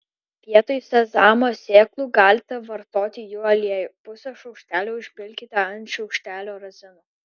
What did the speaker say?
vietoj sezamo sėklų galite vartoti jų aliejų pusę šaukštelio užpilkite ant šaukštelio razinų